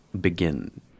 begin